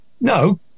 no